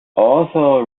also